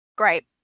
Great